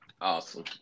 Awesome